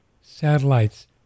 satellites